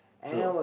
so